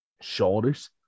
shoulders